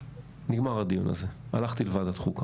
נגמר הדיון הזה, הלכתי לוועדת חוקה.